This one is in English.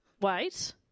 Wait